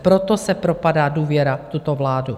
Proto se propadá důvěra v tuto vládu.